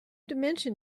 dimension